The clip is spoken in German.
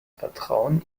vertrauen